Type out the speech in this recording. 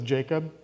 Jacob